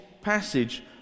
passage